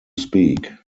speak